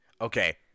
Okay